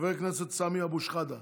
חבר הכנסת סמי אבו שחאדה?